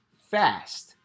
fast